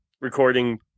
recording